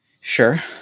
sure